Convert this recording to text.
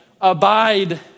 abide